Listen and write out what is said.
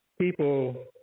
people